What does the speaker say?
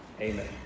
Amen